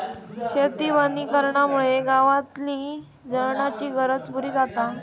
शेती वनीकरणामुळे गावातली जळणाची गरज पुरी जाता